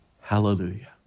Hallelujah